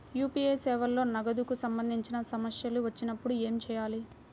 UPI సేవలలో నగదుకు సంబంధించిన సమస్యలు వచ్చినప్పుడు ఏమి చేయాలి?